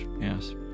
Yes